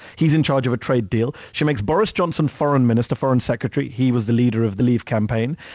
he's in charge of a trade deal. she makes boris johnson foreign minister, foreign secretary. he was the leader of the leave campaign.